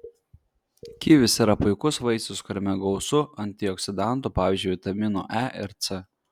kivis yra puikus vaisius kuriame gausu antioksidantų pavyzdžiui vitaminų e ir c